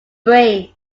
brain